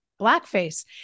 blackface